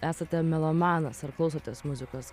esate melomanas ar klausotės muzikos